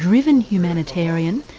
driven humanitarian,